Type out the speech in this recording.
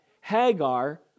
Hagar